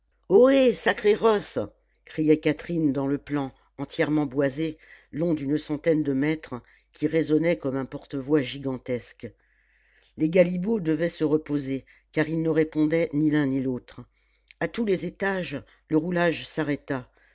ohé sacrées rosses criait catherine dans le plan entièrement boisé long d'une centaine de mètres qui résonnait comme un porte-voix gigantesque les galibots devaient se reposer car ils ne répondaient ni l'un ni l'autre a tous les étages le roulage s'arrêta